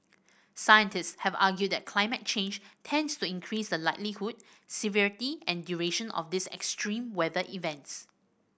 scientist have argued that climate change tends to increase the likelihood severity and duration of these extreme weather events